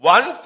One